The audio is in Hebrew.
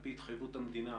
על-פי התחייבות המדינה,